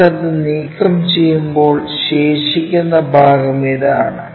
എന്നിട്ടു അത് നീക്കം ചെയുമ്പോൾ ശേഷിക്കുന്ന ഭാഗം ഇതാണ്